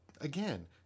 again